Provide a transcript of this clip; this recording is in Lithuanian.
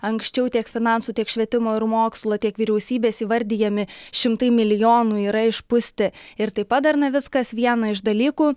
anksčiau tiek finansų tiek švietimo ir mokslo tiek vyriausybės įvardijami šimtai milijonų yra išpūsti ir taip pat dar navickas vieną iš dalykų